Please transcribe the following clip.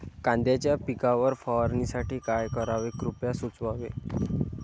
कांद्यांच्या पिकावर फवारणीसाठी काय करावे कृपया सुचवावे